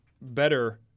better